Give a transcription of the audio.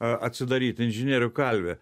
atsidaryt inžinierių kalvė